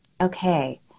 Okay